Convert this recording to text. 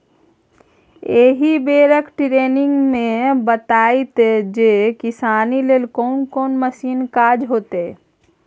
एहि बेरक टिरेनिंग मे बताएत जे किसानी लेल कोन कोन मशीनक काज हेतै